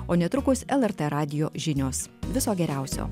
o netrukus lrt radijo žinios viso geriausio